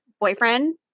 boyfriend